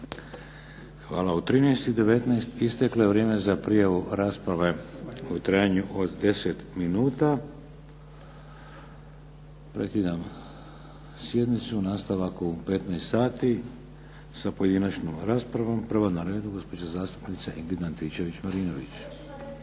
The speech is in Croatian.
Hvala. U 13,19 isteklo je vrijeme za prijavu rasprave u trajanju od 10 minuta. Prekidam sjednicu. Nastavak u 15 sati sa pojedinačnom raspravu. Prva je na redu gospođa zastupnica Ingrid Antičević-Marinović.